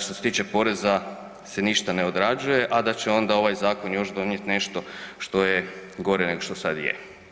što se tiče poreza, se ništa ne odrađuje, a da će onda ovaj zakon još donijet nešto što je gore nešto što sad je.